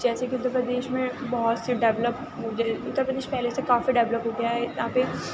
جیسے کہ اُتر پردیش میں بہت سے ڈیویلپ ہو دے اُتر پردیش پہلے سے کافی ڈیویلپ ہو گیا ہے یہاں پہ